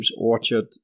Orchard